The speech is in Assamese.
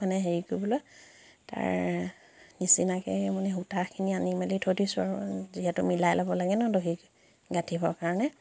মানে হেৰি কৰিবলৈ তাৰ নিচিনাকৈ মানে সূতাখিনি আনি মেলি থৈ দিছোঁ আৰু যিহেতু মিলাই ল'ব লাগে ন' দহি গাঁঠিবৰ কাৰণে